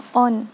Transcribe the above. on